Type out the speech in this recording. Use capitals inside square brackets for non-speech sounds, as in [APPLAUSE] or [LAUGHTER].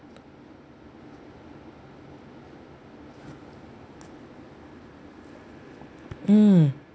[NOISE] mm